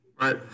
Right